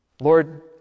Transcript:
Lord